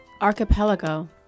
Archipelago